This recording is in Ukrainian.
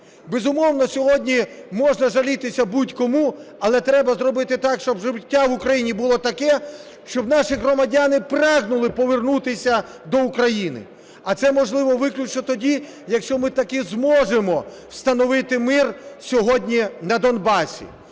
Безумовно, сьогодні можна жалітися будь-кому, але треба зробити так, щоб життя в Україні було таке, щоб наші громадяни прагнули повернутися до України. А це можливо виключно тоді, якщо ми таки зможемо встановити мир сьогодні на Донбасі.